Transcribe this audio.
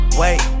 wait